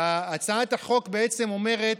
הצעת החוק אומרת: